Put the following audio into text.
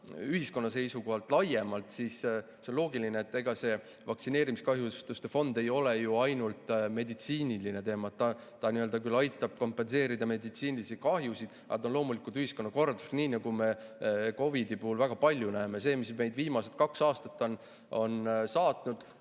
ühiskonna seisukohalt laiemalt, siis on loogiline, et ega see vaktsineerimiskahjustuste fond ei ole ju ainult meditsiiniline teema. Ta küll aitab kompenseerida meditsiinilisi kahjusid, aga ta on loomulikult ühiskonnakorralduslik, nii nagu me COVID-i puhul väga palju näeme. See, mis meid viimased kaks aastat on saatnud